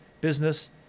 business